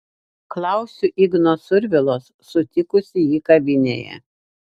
klausiu igno survilos susitikusi jį kavinėje